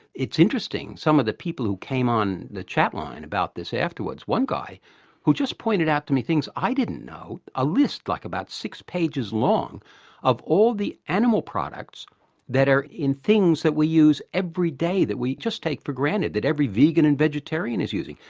it's interesting, some of the people who came on the chatline about this afterwards, one guy just pointed out to me things i didn't know, a list like about six pages long of all the animal products that are in things that we use every day that we just take for granted, that every of vegan and vegetarian is using.